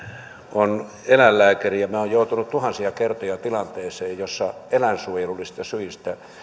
on eläinlääkäri ja minä olen joutunut tuhansia kertoja tilanteeseen jossa eläinsuojelullisista syistä